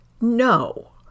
No